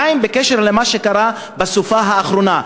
2. בקשר למה שקרה בסופה האחרונה.